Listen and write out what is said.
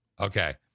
Okay